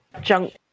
junk